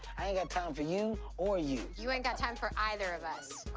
i ain't got time for you or you. you ain't got time for either of us.